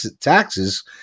taxes